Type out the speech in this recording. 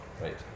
Right